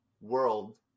world